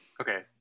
Okay